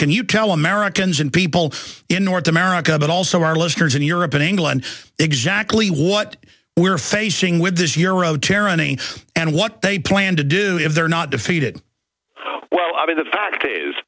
can you tell americans and people in north america but also our listeners in europe in england exactly what we're facing with this euro terrenate and what they plan to do if they're not defeated well i mean the fact is